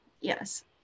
Yes